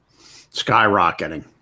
skyrocketing